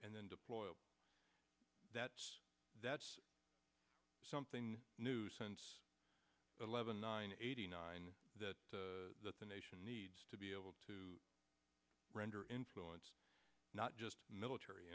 and then deployed that's that's something new since eleven nine eighty nine that the nation needs to be able to render influence not just military